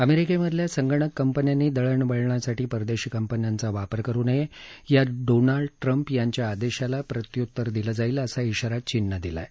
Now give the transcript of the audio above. अमेरिकेमधल्या संगणक कंपन्यांनी दळण वळणासाठी परदेशी कंपन्यांचा वापर करु नये या डोनाल्ड ट्रम्प यांच्या आदेशाला प्रत्य्तर दिलं जाईल असा इशारा चीननं दिला आहे